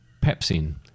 pepsin